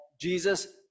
Jesus